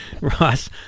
Ross